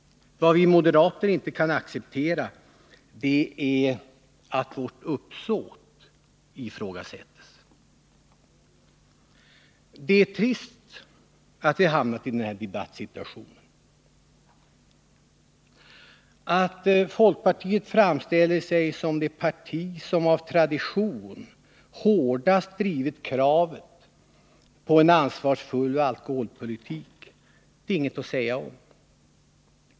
Vad vi moderater inte kan acceptera är att vårt uppsåt ifrågasätts. Det är trist att vi hamnat i den här debattsituationen. Att folkpartiet framställer sig som det parti som av tradition hårdast drivit kravet på en ansvarsfull alkoholpolitik är inget att säga om.